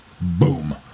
boom